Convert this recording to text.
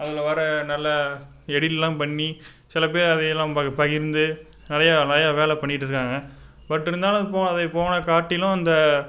அதில் வர நல்ல எடிட்யெலாம் பண்ணி சில பேர் அதையெல்லாம் பகிர்ந்து நிறையா நிறையா வேலை பண்ணிகிட்டு இருக்காங்க பட் இருந்தாலும் இப்போது அதை ஃபோனை காட்டிலும் அந்த